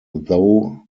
though